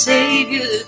Savior